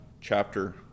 chapter